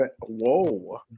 Whoa